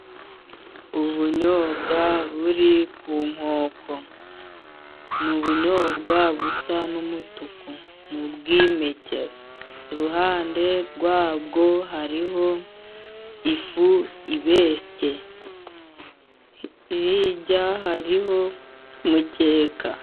Ubunyobwa buri ku nkoko ni ubunyobwa busa n'umutuku, ni ubwimpeke kuruhande rwabwo hariho ifu ibese hirya hariho umukeka.